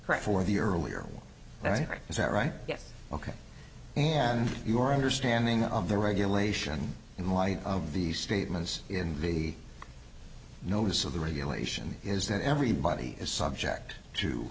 for the earlier right is that right ok and your understanding of the regulation in light of the statements in the notice of the regulation is that everybody is subject to